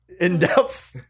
in-depth